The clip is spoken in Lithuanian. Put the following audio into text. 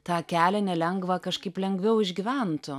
tą kelią nelengvą kažkaip lengviau išgyventų